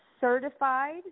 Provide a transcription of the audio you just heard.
certified